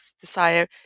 desire